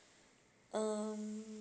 um